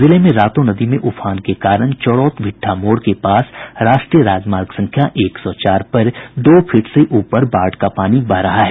जिले में रातो नदी में उफान के कारण चोरौत भिट्ठा मोड़ के पास राष्ट्रीय राजमार्ग संख्या एक सौ चार पर दो फीट से ऊपर बाढ़ का पानी बह रहा है